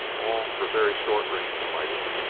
all for very short range fighting.